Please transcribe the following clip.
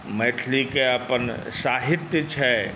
मैथिलीके अपन साहित्य छै